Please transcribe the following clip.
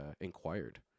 inquired